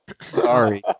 sorry